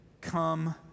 come